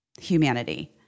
humanity